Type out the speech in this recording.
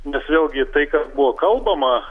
nes vėlgi tai kas buvo kalbama